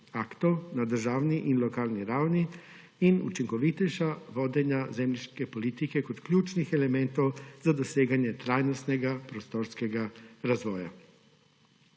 aktov na državni in lokalni ravni in učinkovitejša vodenja zemljiške politike kot ključnih elementov za doseganje trajnostnega prostorskega razvoja.